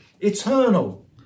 eternal